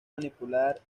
manipular